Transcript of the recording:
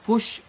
Push